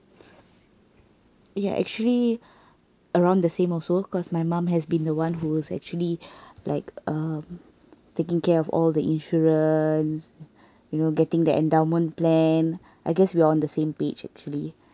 ya actually around the same also because my mum has been the one who's actually like um taking care of all the insurance you know getting the endowment plan I guess we're on the same page actually